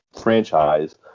franchise